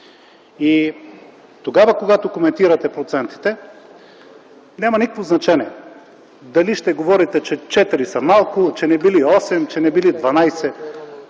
и тогава, когато коментирате процентите, няма никакво значение дали ще говорите, че четири са малко, че не били осем, че не били